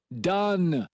Done